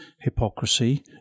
hypocrisy